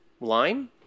line